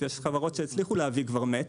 יש חברות שהצליחו להביא כבר מאץ',